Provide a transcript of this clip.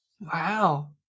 Wow